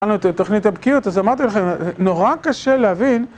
תוכנית הבקיעות, אז אמרתי לכם, זה נורא קשה להבין.